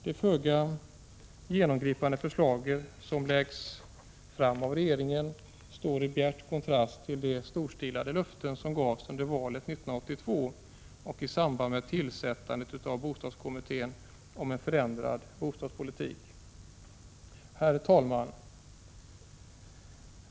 De föga genomgripande förslag som läggs fram av regeringen står i bjärt kontrast till de storstilade löften som gavs under valet 1982 och i samband med tillsättandet av bostadskommittén om en förändrad bostadspolitik. Herr talman!